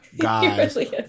guys